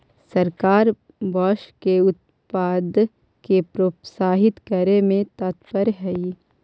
सरकार बाँस के उत्पाद के प्रोत्साहित करे में तत्पर हइ